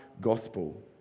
gospel